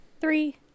Three